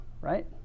right